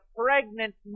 pregnant